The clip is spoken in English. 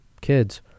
kids